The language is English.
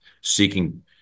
seeking